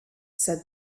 said